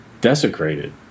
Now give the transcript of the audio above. desecrated